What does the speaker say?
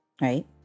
right